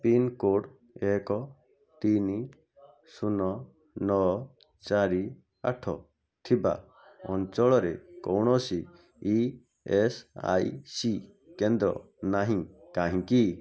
pincode ଏକ ତିନ ଶୂନ ନଅ ଚାରି ଆଠ ଥିବା ଅଞ୍ଚଳରେ କୌଣସି ଇ ଏସ୍ ଆଇ ସି କେନ୍ଦ୍ର ନାହିଁ କାହିଁକି